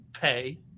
pay